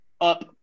up